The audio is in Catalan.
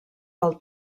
del